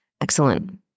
Excellent